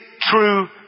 true